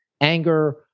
anger